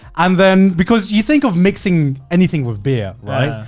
and then, because you think of mixing anything with beer, right?